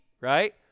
right